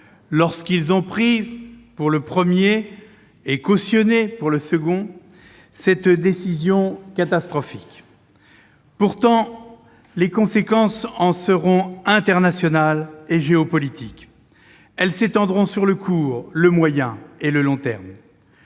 lorsqu'ils ont pris, pour le premier, et cautionné, pour le second, cette décision catastrophique. Pourtant, les conséquences en seront internationales et géopolitiques. Elles s'étendront sur le court, le moyen et le long terme.